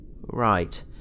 Right